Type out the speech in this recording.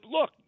look